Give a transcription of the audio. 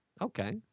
Okay